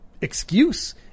excuse